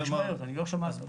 כלומר, אני לא שמעתי.